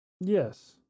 Yes